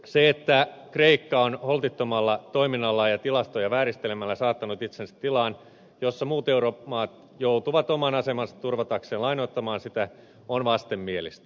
se että kreikka on holtittomalla toiminnallaan ja tilastoja vääristelemällä saattanut itsensä tilaan jossa muut euromaat joutuvat oman asemansa turvatakseen lainoittamaan sitä on vastenmielistä